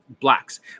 Blacks